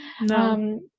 No